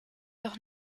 doch